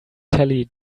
telly